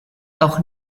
auch